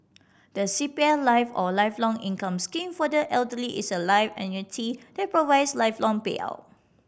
the C P F Life or Lifelong Income Scheme for the Elderly is a life annuity that provides lifelong payout